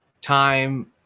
time